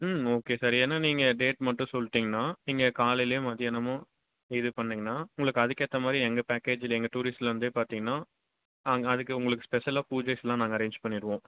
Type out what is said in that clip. ம் okay sir ஏன்னால் நீங்கள் டேட் மட்டும் சொல்லிட்டிங்கனா நீங்கள் காலைலேயோ மதியானமோ இது பண்ணிங்கனா உங்களுக்கு அதுக்கு ஏற்ற மாதிரி எங்கள் பேக்கேஜில் எங்கள் டூரிஸ்ட்டில் வந்தே பார்த்திங்கன்னா நாங்கள் அதுக்கு உங்களுக்கு ஸ்பெஷலாக பூஜைஸ்லாம் நாங்கள் அரேஞ்ச் பண்ணிருவோம்